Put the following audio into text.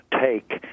take